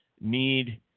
need